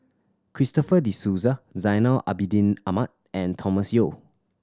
Christopher De Souza Zainal Abidin Ahmad and Thomas Yeo